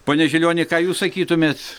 pone žilioni ką jūs sakytumėt